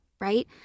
right